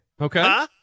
Okay